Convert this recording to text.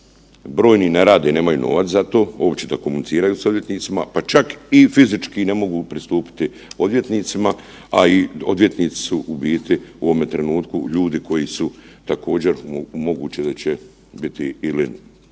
brojni ne rade, nemaju novac za to uopće da komuniciraju sa odvjetnicima, pa čak i fizički ne mogu pristupiti odvjetnicima, a i odvjetnici su u biti u ovome trenutku ljudi koji su također moguće da će biti ili